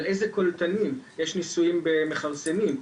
על איזה קולטנים יש ניסויים במכרסמים,